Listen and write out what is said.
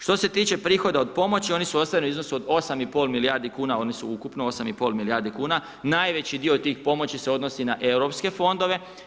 Što se tiče prihoda od pomoći, oni su ostvareni u iznosu od 8,5 milijardi kuna, oni su ukupno 8,5 milijardi kuna, najveći dio tih pomoći se odnosi na europske fondove.